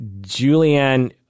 Julianne